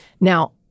now